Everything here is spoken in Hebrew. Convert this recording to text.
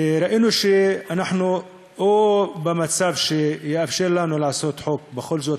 וראינו שאנחנו או במצב שיאפשר לנו לעשות חוק בכל זאת,